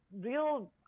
real